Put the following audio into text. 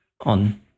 on